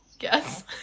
yes